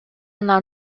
non